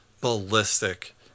ballistic